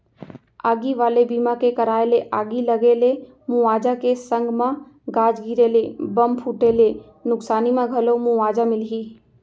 आगी वाले बीमा के कराय ले आगी लगे ले मुवाजा के संग म गाज गिरे ले, बम फूटे ले नुकसानी म घलौ मुवाजा मिलही